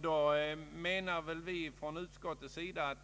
Då menar vi inom utskottet att